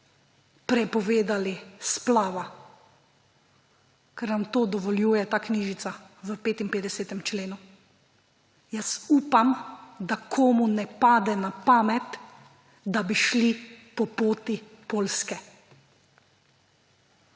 prepovedali splava, ker nam to dovoljuje ta knjižica v 55. členu. Jaz upam, da komu ne pade na pamet, da bi šli po poti Poljske.